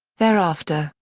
thereafter,